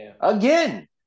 Again